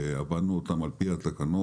עבדנו איתם על פי התקנות.